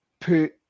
put